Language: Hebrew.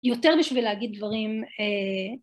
יותר בשביל להגיד דברים.